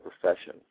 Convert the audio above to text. profession